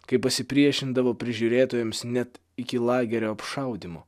kai pasipriešindavo prižiūrėtojams net iki lagerio apšaudymo